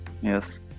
yes